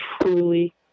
truly